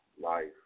life